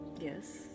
yes